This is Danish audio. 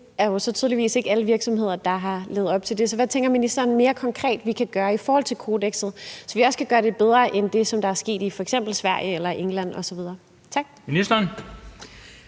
det er jo så tydeligvis ikke alle virksomheder, der har levet op til det. Så hvad tænker ministeren mere konkret at vi kan gøre i forhold til kodekset, så vi også kan gøre det bedre end det, som er sket i f.eks. Sverige, England osv.? Tak. Kl.